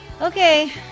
Okay